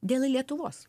dėl lietuvos